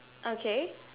okay